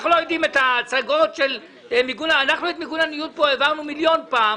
אנחנו את מיגון הניוד העברנו פה מיליון פעם.